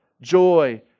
joy